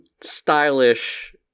stylish